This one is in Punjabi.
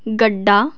ਗੱਡਾ